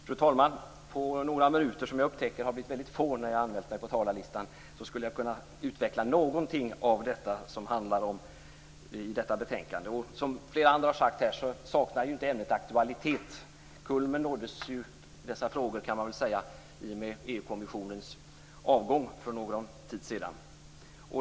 Fru talman! På några minuter, som jag upptäcker har blivit väldigt få vid min anmälan på talarlistan, skulle jag kunna utveckla någonting av det som detta betänkande handlar om. Som flera andra har sagt saknar inte ämnet aktualitet. Man kan väl säga att kulmen i dessa frågor nåddes i och med EU kommissionens avgång för någon tid sedan.